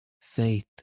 Faith